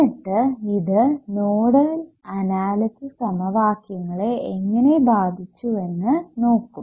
എന്നിട്ട് ഇത് nodal analysis സമവാക്യങ്ങളെ എങ്ങനെ ബാധിച്ചു എന്ന് നോക്കും